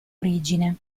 origine